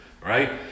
right